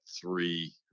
three